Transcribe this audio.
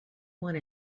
one